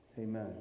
Amen